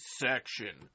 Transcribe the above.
section